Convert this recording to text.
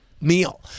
meal